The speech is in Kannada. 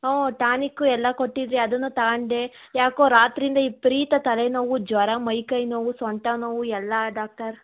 ಹ್ಞೂ ಟಾನಿಕ್ಕು ಎಲ್ಲ ಕೊಟ್ಟಿದ್ದಿರಿ ಅದನ್ನೂ ತಗಂಡೆ ಯಾಕೋ ರಾತ್ರಿಯಿಂದ ವಿಪ್ರೀತ ತಲೆ ನೋವು ಜ್ವರ ಮೈಕೈ ನೋವು ಸೊಂಟ ನೋವು ಎಲ್ಲ ಡಾಕ್ಟರ್